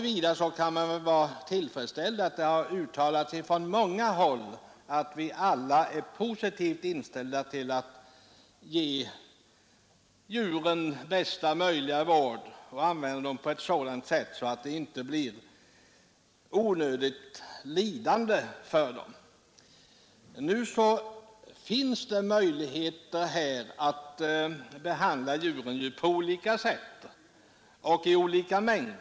Vi kan väl vara tillfredsställda med att det har uttalats från många håll, att vi alla är positivt inställda till att djuren ges bästa möjliga vård och används på ett sätt som gör att de inte får utstå onödigt lidande. I dessa vetenskapliga experiment finns det möjligheter att behandla djuren på olika sätt och i olika mängd.